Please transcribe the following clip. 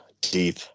deep